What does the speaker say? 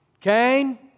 Cain